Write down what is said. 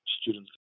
students